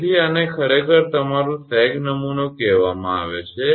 તેથી આને ખરેખર તમારો સેગ નમૂનો કહેવામાં આવે છે